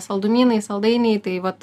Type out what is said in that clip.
saldumynai saldainiai tai vat